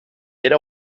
era